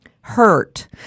hurt